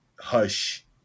hush